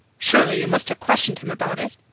surely you must have questioned him about it?